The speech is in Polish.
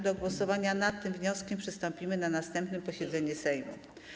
Do głosowania nad tym wnioskiem przystąpimy na następnym posiedzeniu Sejmu.